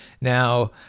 Now